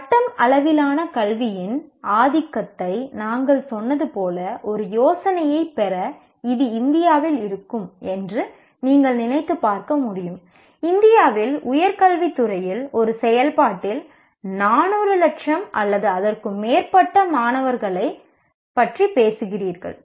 பட்டம் அளவிலான கல்வியின் ஆதிக்கத்தை நாங்கள் சொன்னது போல ஒரு யோசனையைப் பெற இது இந்தியாவில் இருக்கும் என்று நீங்கள் நினைத்துப் பார்க்க முடியும் இந்தியாவில் உயர்கல்வித் துறையில் ஒரு செயல்பாட்டில் 400 லட்சம் அல்லது அதற்கு மேற்பட்ட மாணவர்களைப் பற்றி பேசுகிறீர்கள்